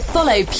Follow